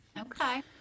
Okay